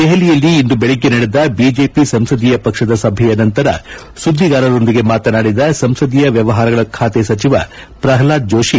ದೆಹಲಿಯಲ್ಲಿ ಇಂದು ಬೆಳಗ್ಗೆ ನಡೆದ ಬಿಜೆಪಿ ಸಂಸದೀಯ ಪಕ್ಷದ ಸಭೆಯ ನಂತರ ಸುದ್ದಿಗಾರರೊಂದಿಗೆ ಮಾತನಾಡಿದ ಸಂಸದೀಯ ವ್ಲವಹಾರಗಳ ಖಾತೆ ಸಚಿವ ಪ್ರಹ್ಲಾದ್ ಜೋಷಿ